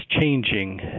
changing